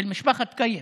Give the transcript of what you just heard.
של משפחת קיים.